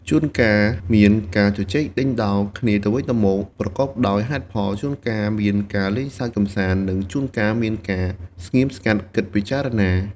ជួនកាលមានការជជែកដេញដោលគ្នាទៅវិញទៅមកប្រកបដោយហេតុផល ជួនកាលមានការលេងសើចកម្សាន្ត និងជួនកាលមានការស្ងៀមស្ងាត់គិតពិចារណា។